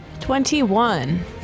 Twenty-one